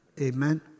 Amen